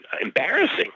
embarrassing